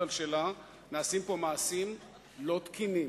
על שלה נעשים פה מעשים לא תקינים.